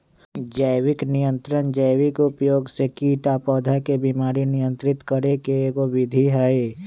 जैविक नियंत्रण जैविक उपयोग से कीट आ पौधा के बीमारी नियंत्रित करे के एगो विधि हई